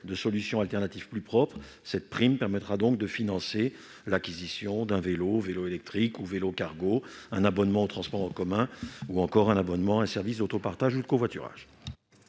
de solutions alternatives plus propres. Cette prime permettra de financer l'acquisition d'un vélo, vélo électrique ou vélo-cargo, un abonnement aux transports en commun ou encore un abonnement à un service d'autopartage ou de covoiturage.